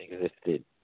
existed